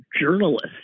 journalist